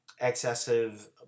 excessive